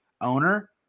owner